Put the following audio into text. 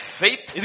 faith